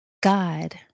God